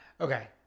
Okay